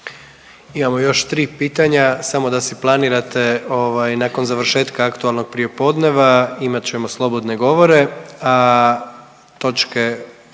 Imamo još 3 pitanja, samo da si planirate ovaj nakon završetka aktualnog prijepodneva imat ćemo slobodne govore,